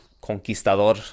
conquistador